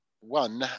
one